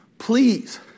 Please